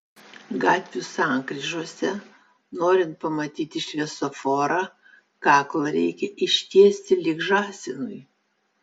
gatvių sankryžose norint pamatyti šviesoforą kaklą reikia ištiesti lyg žąsinui